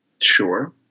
Sure